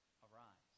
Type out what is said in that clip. arise